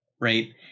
right